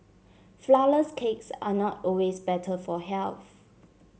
flourless cakes are not always better for health